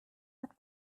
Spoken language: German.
hat